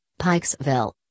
Pikesville